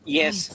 yes